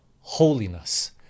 holiness